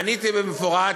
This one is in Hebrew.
עניתי במפורט.